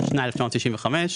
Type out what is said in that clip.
התשנ"ה-1995.